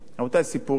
רבותי, סיפורים.